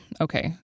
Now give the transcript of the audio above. Okay